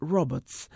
Roberts